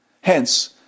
Hence